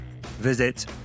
visit